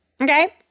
okay